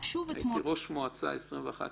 שהייתי ראש מועצה 21 שנה,